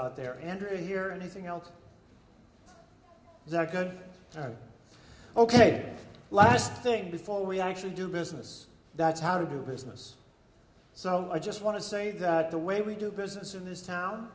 out there and or hear anything else that good time ok last thing before we actually do business that's how to do business so i just want to say that the way we do business in this town